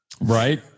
Right